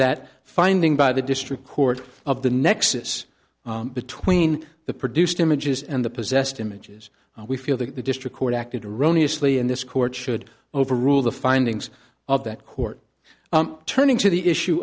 that finding by the district court of the nexus between the produced images and the possessed images we feel that the district court acted erroneous lee in this court should overrule the findings of that court turning to the issue